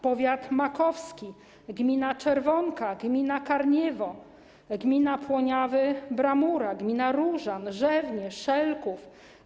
Powiat makowski, gmina Czerwonka, gmina Karniewo, gmina Płoniawy-Bramura, gmina Różan, Rzewnie, Szelków.